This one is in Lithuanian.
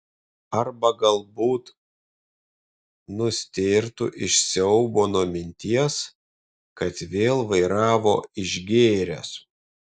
arba galbūt nustėrtų iš siaubo nuo minties kad vėl vairavo išgėręs